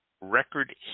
record